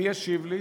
מי ישיב לי?